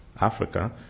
Africa